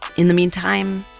in the meantime,